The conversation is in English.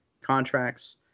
contracts